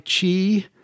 Chi